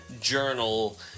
journal